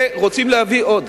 ורוצים להביא עוד.